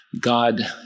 God